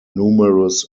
numerous